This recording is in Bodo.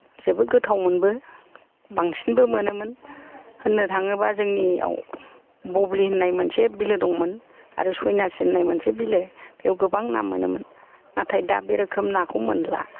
जोबोद गोथावमोनबो बांसिनबो मोनोमोन होन्नो थाङोबा जोंनियाव बुब्लि होन्नाय मोनसे बिलो दंमोन आरो सयनास होन्नाय मोनसे बिलो बेव गोबां ना मोनोमोन नाथाय दा बेरोखोम नाखौ मोनला